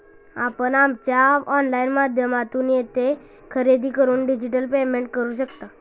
आपण आमच्या ऑनलाइन माध्यमातून येथे खरेदी करून डिजिटल पेमेंट करू शकता